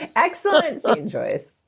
and excellent so and choice